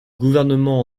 gouvernement